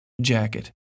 jacket